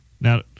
Now